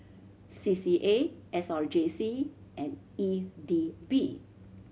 C C A S R J C and E D B